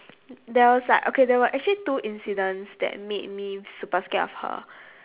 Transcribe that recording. there was like okay there were actually two incidents that made me super scared of her